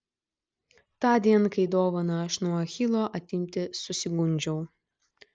tądien kai dovaną aš nuo achilo atimti susigundžiau